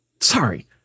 sorry